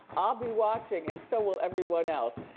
i'll be watching and so will everyone else.